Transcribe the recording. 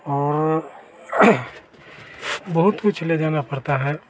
और बहुत कुछ ले जाना पड़ता है